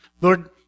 Lord